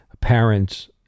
parents